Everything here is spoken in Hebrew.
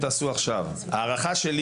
אני חושב שאין על זה מחלוקת,